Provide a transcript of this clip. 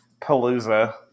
palooza